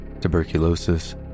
tuberculosis